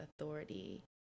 authority